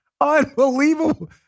unbelievable